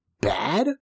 bad